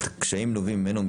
הקשיים הנובעים ממנו,